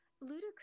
Ludicrous